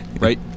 right